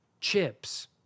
chips